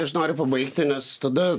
aš noriu pabaigti nes tada